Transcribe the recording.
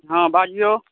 हँ बाजियौ